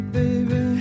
baby